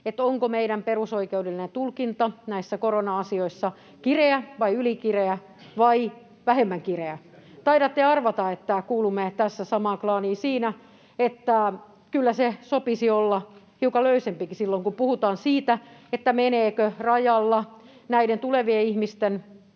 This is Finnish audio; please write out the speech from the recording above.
sen, onko meidän perusoikeudellinen tulkinta näissä korona-asioissa kireä vai ylikireä vai vähemmän kireä. Taidatte arvata, että kuulumme tässä samaan klaaniin siinä, että kyllä sen sopisi olla hiukan löysempikin silloin kun puhutaan siitä, menevätkö rajalla näiden tulevien ihmisten